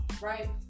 Right